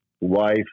wife